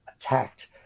attacked